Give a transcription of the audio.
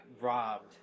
robbed